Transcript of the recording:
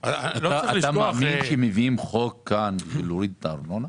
אתה מאמין שיביאו כאן חוק להוריד את הארנונה?